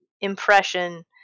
impression